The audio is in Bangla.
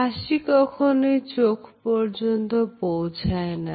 হাসি কখনোই চোখ পর্যন্ত পৌঁছায় না